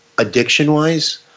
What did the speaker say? Addiction-wise